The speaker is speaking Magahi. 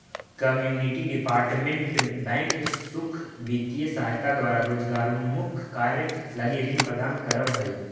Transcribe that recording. कम्युनिटी डेवलपमेंट बैंक सुख वित्तीय सहायता द्वारा रोजगारोन्मुख कार्य लगी ऋण प्रदान करऽ हइ